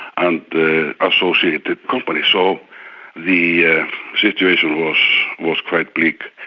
and the associated companies. so the ah situation was was quite bleak.